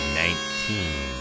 nineteen